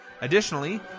Additionally